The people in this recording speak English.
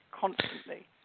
constantly